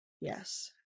Yes